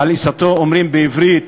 "על עיסתו" אומרים בעברית,